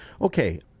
Okay